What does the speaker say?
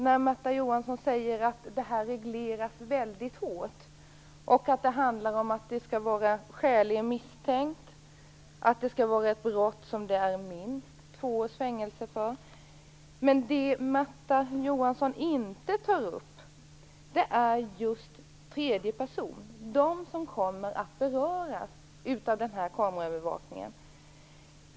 Märta Johansson sade att det här regleras mycket hårt och att det krävs skälig misstanke samt att det rör sig om ett brott med minst två års fängelse i straffskalan. Däremot tar Märta Johansson inte upp tredje person, de som kommer att beröras av kameraövervakningen.